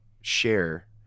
share